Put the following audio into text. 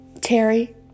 Terry